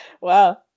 Wow